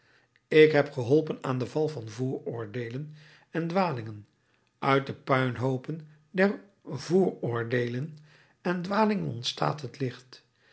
ik heb geholpen aan den val van vooroordeelen en dwalingen uit de puinhoopen der vooroordeelen en dwalingen ontstaat het licht